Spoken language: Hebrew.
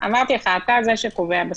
אמרתי לך: אתה זה שקובע בסוף.